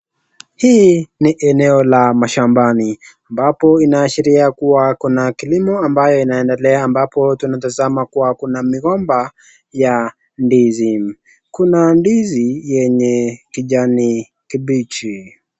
Hii ni eneo la mashambani ambapo inaashiria kuwa kuna kilimo ambayo inaendelea ambapo tunatazama kuwa kuna migomba ya ndizi. Kuna ndizi yenye kijani kibichi.